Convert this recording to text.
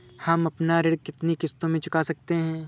हम अपना ऋण कितनी किश्तों में चुका सकते हैं?